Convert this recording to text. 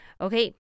Okay